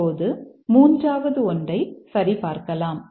இப்போது மூன்றாவது ஒன்றை சரிபார்க்கலாம்